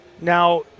Now